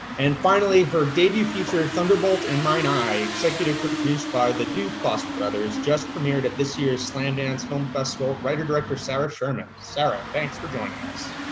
and finally her debut feature thunderbolt in mine eye executive produced by the duplass brothers, just premiered at this year's slamdance film festival, writer-director sarah sherman. sarah, thanks for joining us.